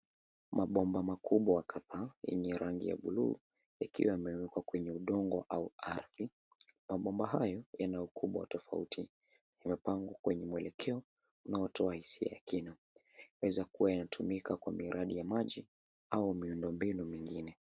Mabomba makubwa kadhaa yenye rangi ya buluu ikiwa imewekwa kwenye udongo au ardhi, mabomba hayo yana ukubwa tofauti, imepangwa kwenye mwelekeo inayota hisia ya kina. Inawezakua yanatumika kwa miradi ya maji au miundo mbinu mingine.